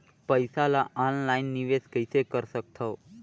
पईसा ल ऑनलाइन निवेश कइसे कर सकथव?